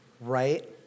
right